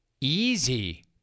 Easy